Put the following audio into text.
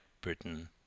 Britain